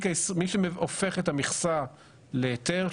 מי שהופך את המכסה להיתר,